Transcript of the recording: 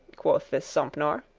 quoth this sompnour.